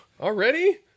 Already